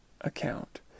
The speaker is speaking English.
account